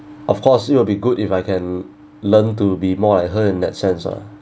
of course it will be good if I can learn to be more like her in that sense [lah[